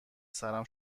سرم